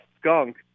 skunk